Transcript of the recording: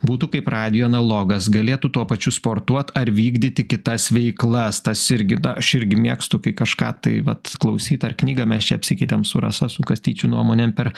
būtų kaip radijo analogas galėtų tuo pačiu sportuot ar vykdyti kitas veiklas tas irgi na aš irgi mėgstu kai kažką tai vat klausyt ar knygą mes čia apsikeitėm su rasa su kastyčiu nuomonėm per